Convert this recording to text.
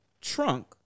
trunk